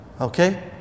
Okay